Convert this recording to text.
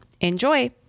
Enjoy